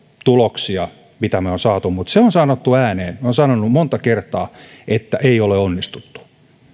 tuloksia mitä me olemme saaneet aikaan mutta se on sanottu ääneen ja minä olen sanonut monta kertaa että ei ole onnistuttu